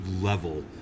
level